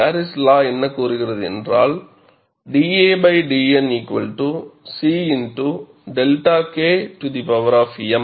Paris law என்ன கூறுகிறது என்றால் da dN C x 𝛅 K m